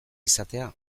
izatea